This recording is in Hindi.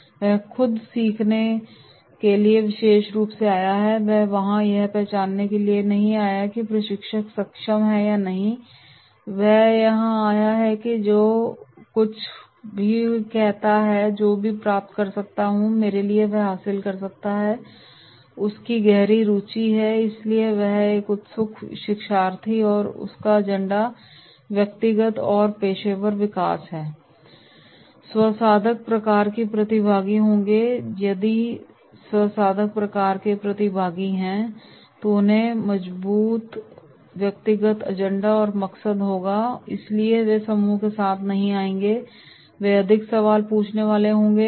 वह कुछ सीखने के लिए विशेष रूप से आया है वह यहां यह पहचानने के लिए नहीं आया है कि प्रशिक्षक सक्षम है या नहीं वह यहां आया है कि वह जो कुछ भी कहता है और जो मैं प्राप्त कर सकता हूं मेरे लिए वह हासिल कर सकता है जो उसकी गहरी रुचि है और इसलिए वह एक उत्सुक शिक्षार्थी है और उसका एजेंडा व्यक्तिगत और पेशेवर विकास है स्व साधक प्रकार के प्रतिभागी होंगे यदि स्व साधक प्रकार के प्रतिभागी हैं तो उनका मजबूत व्यक्तिगत एजेंडा और मकसद होगा और इसलिए वे समूह के साथ नहीं जाएंगे वे अधिक सवाल पूछने वाले होंगे